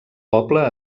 poble